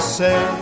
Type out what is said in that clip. say